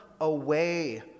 away